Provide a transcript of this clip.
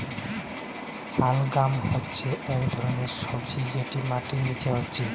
শালগাম হচ্ছে একটা ধরণের সবজি যেটা মাটির নিচে হচ্ছে